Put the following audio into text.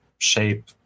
shape